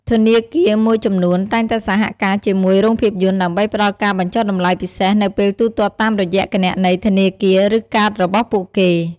ធនាគារមួយចំនួនតែងតែសហការជាមួយរោងភាពយន្តដើម្បីផ្តល់ការបញ្ចុះតម្លៃពិសេសនៅពេលទូទាត់តាមរយៈគណនីធនាគារ ឬកាតរបស់ពួកគេ។